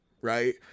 right